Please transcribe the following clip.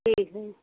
जी